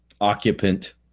occupant